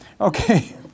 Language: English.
Okay